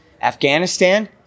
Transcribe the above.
Afghanistan